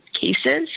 cases